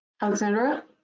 Alexandra